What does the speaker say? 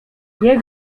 niech